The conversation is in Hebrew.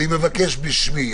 אני מבקש בשמי,